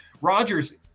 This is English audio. Rodgers